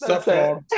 stop